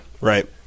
right